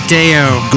Deo